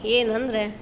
ಏನಂದರೆ